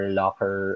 locker